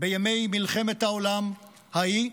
בימי מלחמת העולם ההיא,